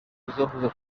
uzahuza